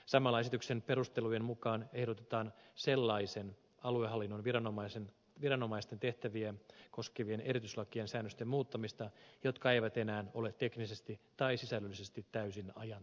samalla esityksen perustelujen mukaan ehdotetaan sellaisten aluehallinnon viranomaisten tehtäviä koskevien erityislakien säännösten muuttamista jotka eivät enää ole teknisesti tai sisällöllisesti täysin ajan tasalla